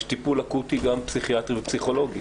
יש טיפול אקוטי גם פסיכיאטרי ופסיכולוגי.